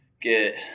get